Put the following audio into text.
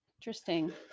interesting